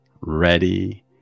ready